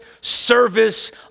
service